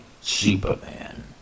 Superman